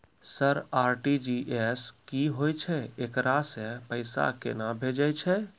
Sir RTGS की होय छै, एकरा से पैसा केना भेजै छै?